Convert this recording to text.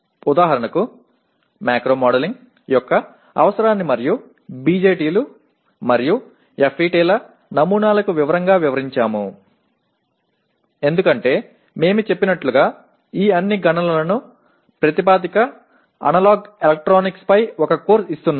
ఉదాహరణకు macro modelling యొక్క అవసరాన్ని మరియు BJT లు మరియు FET ల నమూనాలను వివరంగా వివరించాము ఎందుకంటే మేము చెప్పినట్లుగా ఈ అన్ని గణనలకు ప్రాతిపదికగా అనలాగ్ ఎలక్ట్రానిక్స్ పై ఒక కోర్సు ఇస్తున్నాము